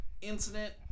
incident